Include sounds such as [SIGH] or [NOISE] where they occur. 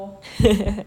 [LAUGHS]